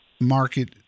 market